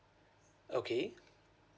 okay